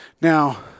Now